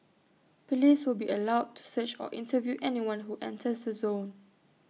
Police will be allowed to search or interview anyone who enters the zone